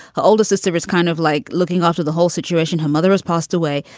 her older sister is kind of like looking after the whole situation. her mother has passed away.